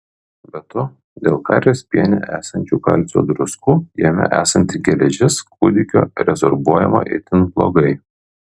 be to dėl karvės piene esančių kalcio druskų jame esanti geležis kūdikio rezorbuojama itin blogai